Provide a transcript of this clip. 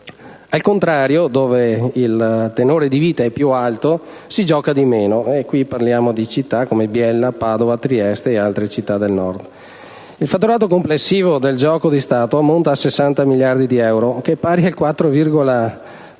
al contrario, dove il tenore di vita è più alto si gioca di meno: è il caso di città come Biella, Padova, Trieste e altre città del Nord. Il fatturato complessivo del gioco di Stato ammonta a 60 miliardi di euro, pari al 4,5